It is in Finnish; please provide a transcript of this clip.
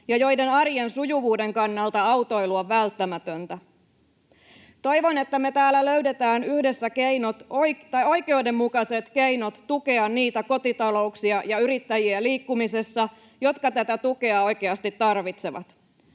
ja joiden arjen sujuvuuden kannalta autoilu on välttämätöntä. Toivoin, että me täällä löydetään yhdessä oikeudenmukaiset keinot tukea niitä kotita-louksia ja yrittäjiä liikkumisessa, jotka tätä tukea oikeasti tarvitsevat.